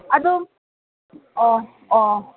ꯑꯗꯨꯝ ꯑꯣ ꯑꯣ